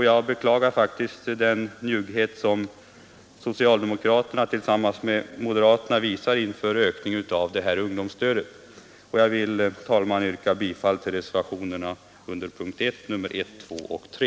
Jag beklagar den njugghet som socialdemokraterna tillsammans med moderaterna visar inför ökningen av det här ungdomsstödet. Jag vill, fru talman, yrka bifall till reservationerna under punkterna 1, 2 och 3.